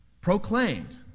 proclaimed